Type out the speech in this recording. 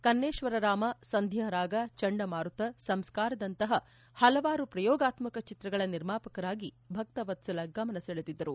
ಕನ್ನೇಶ್ವರರಾಮ ಸಂಧ್ವಾರಾಗ ಚಂಡಮಾರುತ ಸಂಸ್ಕಾರದಂತಪ ಪಲವಾರು ಪ್ರಯೋಗಾತ್ಮಕ ಚಿತ್ರಗಳ ನಿರ್ಮಾಪಕರಾಗಿ ಭಕ್ತವತ್ಸಲ ಗಮನ ಸೆಳೆದಿದ್ದರು